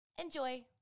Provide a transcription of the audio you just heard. Enjoy